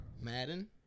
Madden